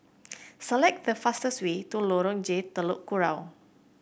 select the fastest way to Lorong J Telok Kurau